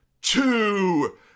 Two